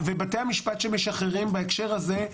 ובתי המשפט שמשחררים בהקשר הזה,